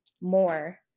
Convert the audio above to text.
more